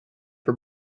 for